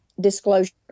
disclosure